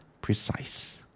precise